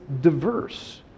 diverse